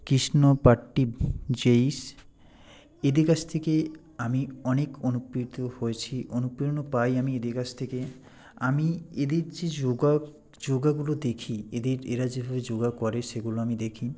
কৃষ্ণ পাট্টি জেইস এদের কাছ থেকে আমি অনেক অনুপ্রেরিত হয়েছি অনুপ্রেরণা পাই আমি এদের কাছ থেকে আমি এদের যে যোগা যোগাগুলো দেখি এদের এরা যেভাবে যোগা করে সেগুলো আমি দেখি